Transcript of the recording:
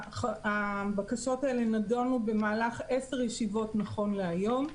הבקשות האלה נדונו במהלך 10 ישיבות, נכון להיום.